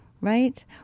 right